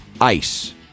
ICE